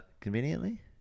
conveniently